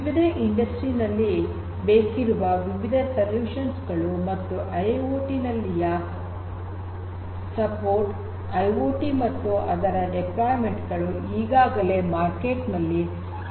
ವಿವಿಧ ಇಂಡಸ್ಟ್ರಿ ನಲ್ಲಿ ಬೇಕಿರುವ ವಿವಿಧ ಪರಿಹಾರಗಳು ಮತ್ತು ಐಐಓಟಿ ನಲ್ಲಿಯ ಸಪೋರ್ಟ್ ಐಓಟಿ ಮತ್ತು ಅದರ ಡಿಪ್ಲೋಯ್ಮೆಂಟ್ ಗಳು ಈಗಾಗಲೇ ಮಾರುಕಟ್ಟೆಯಲ್ಲಿ ದೊರೆಯುತ್ತವೆ